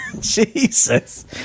Jesus